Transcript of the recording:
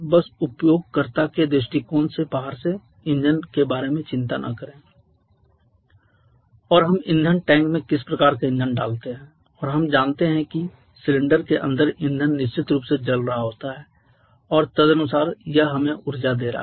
बस उपयोगकर्ता के दृष्टिकोण से बाहर से इंजन के बारे में चिंता न करें और हम ईंधन टैंक में किसी प्रकार का ईंधन डालते हैं और हम जानते हैं कि सिलेंडर के अंदर ईंधन निश्चित रूप से जल रहा होता है और तदनुसार यह हमें ऊर्जा दे रहा है